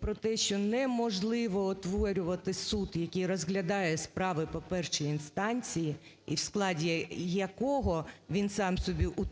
про те, що неможливо утворювати суд, який розглядає справи по першій інстанції і в складі якого він сам собі утворює